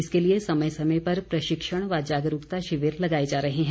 इसके लिए समय समय पर प्रशिक्षण व जागरूकता शिविर लगाए जा रहे हैं